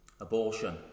Abortion